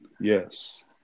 Yes